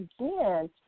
again